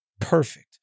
Perfect